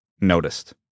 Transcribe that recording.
noticed